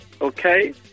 okay